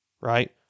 right